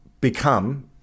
become